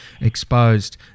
exposed